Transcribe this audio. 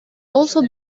also